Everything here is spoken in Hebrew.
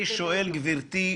"שוחחתי היום עם דני דנקנר.